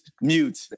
mute